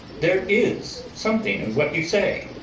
there is something in what you say.